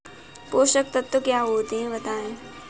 पोषक तत्व क्या होते हैं बताएँ?